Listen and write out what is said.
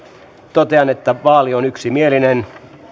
totean että vaali on yksimielinen